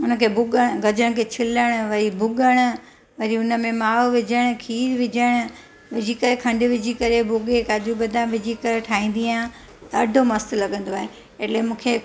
उनखे भुॻणु गजरुनि खे छिलणु वरी भुॻणु वरी उनमें माओ विझणु खीर विझणु विझी करे खंडु विझी करे भुॻे काजू बदाम विझी करे ठाहींदी आहियां ॾाढो मस्तु लॻंदो आहे एटले मूंखे